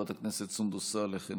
חברת הכנסת סונדוס סאלח,